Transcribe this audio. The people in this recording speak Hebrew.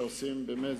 באמת,